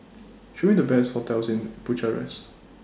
Show Me The Best hotels in Bucharest